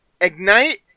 Ignite